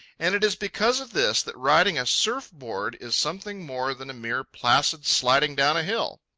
and it is because of this that riding a surf-board is something more than a mere placid sliding down a hill.